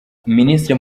minisitiri